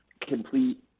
complete